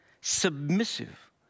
submissive